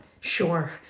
Sure